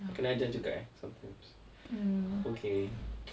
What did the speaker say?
kena ajar juga eh sometimes okay